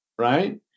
Right